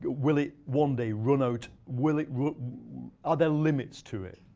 will it one day run out? will it are there limits to it?